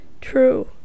true